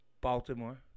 Baltimore